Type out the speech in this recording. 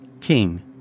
King